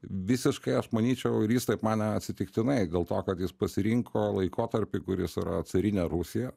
visiškai aš manyčiau ir jis taip manė atsitiktinai dėl to kad jis pasirinko laikotarpį kuris yra carinė rusija